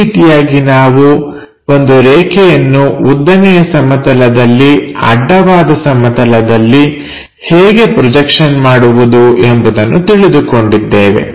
ಈ ರೀತಿಯಾಗಿ ನಾವು ಒಂದು ರೇಖೆಯನ್ನು ಉದ್ದನೆಯ ಸಮತಲದಲ್ಲಿ ಅಡ್ಡವಾದ ಸಮತಲದಲ್ಲಿ ಹೇಗೆ ಪ್ರೊಜೆಕ್ಷನ್ ಮಾಡುವುದು ಎಂಬುದನ್ನು ತಿಳಿದುಕೊಂಡಿದ್ದೇವೆ